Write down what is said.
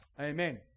Amen